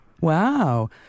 Wow